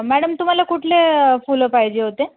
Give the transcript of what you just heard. madam तुम्हाला कुठले फुलं पाहिजे होते